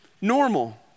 normal